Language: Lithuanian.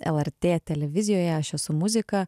lrt televizijoje aš esu muzika